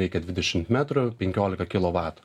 reikia dvidešimt metrų penkiolika kilovatų